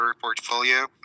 portfolio